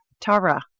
Tara